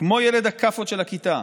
כמו ילד הכאפות של הכיתה,